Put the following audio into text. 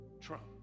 Trump